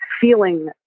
feeling